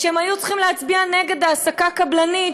כשהם היו צריכים להצביע נגד העסקה קבלנית